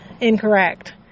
incorrect